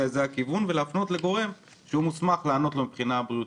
הכיוון ולהפנות לגורם שהוא מוסמך לענות לו מבחינה בריאותית.